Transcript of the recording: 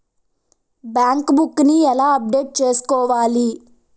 Bank book నీ ఎలా update చేసుకోవాలి?